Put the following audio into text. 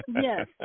Yes